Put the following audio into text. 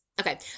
Okay